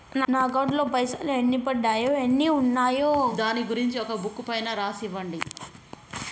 నా అకౌంట్ లో పైసలు ఎన్ని పడ్డాయి ఎన్ని ఉన్నాయో దాని గురించి ఒక బుక్కు పైన రాసి ఇవ్వండి?